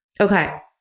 Okay